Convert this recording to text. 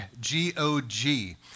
G-O-G